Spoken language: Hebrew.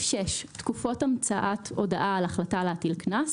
תקופות המצאת הודעה על החלטה להטיל קנס